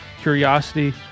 curiosity